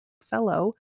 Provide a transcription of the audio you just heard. fellow